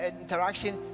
interaction